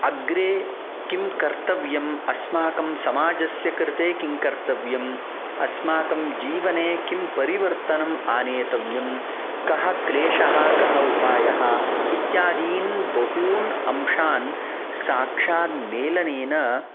अग्रे किं कर्तव्यम् अस्माकं समाजस्य कृते किं कर्तव्यम् अस्माकं जीवने किं परिवर्तनम् आनेतव्यं कः क्लेशः कः उपायः इत्यादीन् बहून् अंशान् साक्षात् मेलनेन